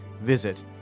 Visit